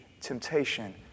temptation